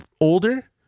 older